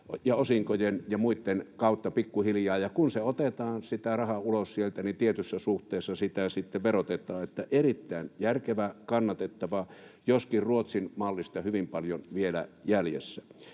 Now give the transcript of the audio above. osinkojen ja muitten kautta pikkuhiljaa, ja kun otetaan sitä rahaa ulos sieltä, niin tietyssä suhteessa sitä sitten verotetaan. Että erittäin järkevä, kannatettava, joskin Ruotsin mallista hyvin paljon vielä jäljessä.